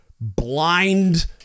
blind